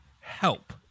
help